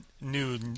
new